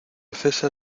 césar